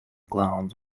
clowns